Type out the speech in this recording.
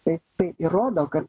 tai tai įrodo kad